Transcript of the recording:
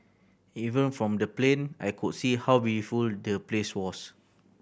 even from the plane I could see how beautiful the place was